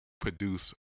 produce